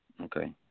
Okay